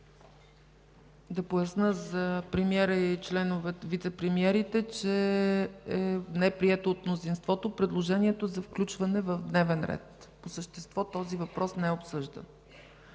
Да поясня за премиера и вицепремиерите, че е не прието от мнозинството предложението за включване в дневен ред. По същество този въпрос не е обсъждан.